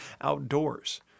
outdoors